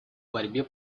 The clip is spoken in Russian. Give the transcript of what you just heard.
борьбе